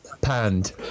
panned